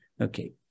Okay